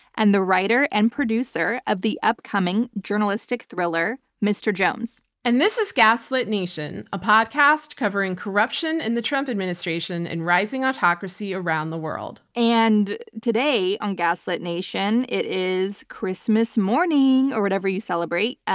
and the writer and producer of the upcoming journalistic thriller, mr. jones. and this is gaslit nation, a podcast covering corruption in the trump administration and rising autocracy around the world. and today on gaslit nation, it is christmas morning or whatever you celebrate.